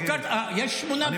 בבקשה, הינה.